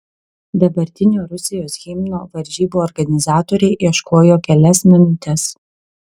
dabartinio rusijos himno varžybų organizatoriai ieškojo kelias minutes